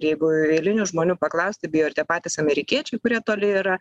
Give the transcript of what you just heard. ir jeigu eilinių žmonių paklausti bijo ir tie patys amerikiečiai kurie toli yra